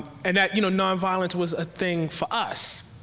and that you know non-violence was a thing for us.